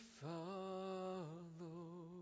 follow